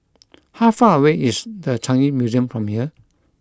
how far away is The Changi Museum from here